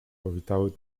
powitały